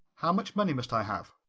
how much money must i have?